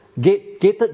gated